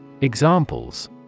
Examples